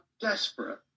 desperate